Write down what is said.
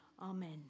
Amen